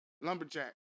Lumberjack